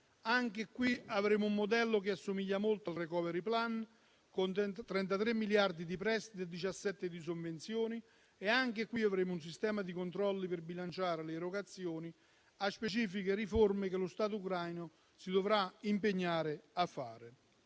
caso avremo un modello che assomiglia molto al *recovery plan,* con 33 miliardi di prestiti e 17 di sovvenzioni e un sistema di controlli per bilanciare le erogazioni con specifiche riforme che lo Stato ucraino si dovrà impegnare a fare.